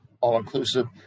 all-inclusive